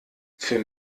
für